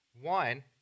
One